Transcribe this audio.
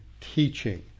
teaching